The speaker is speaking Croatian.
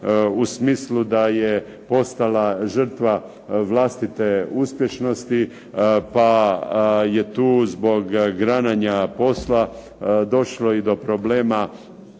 u smislu da je postala žrtva vlastite uspješnosti, pa je tu zbog granjanja posla došlo i do problema